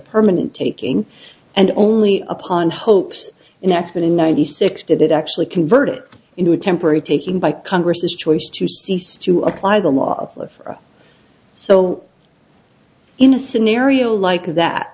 permanent taking and only upon hopes an exit in ninety six did it actually converted into a temporary taking by congress choice to cease to apply the law of love so in a scenario like that